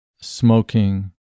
smoking